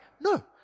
No